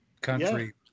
country